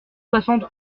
soixante